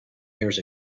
years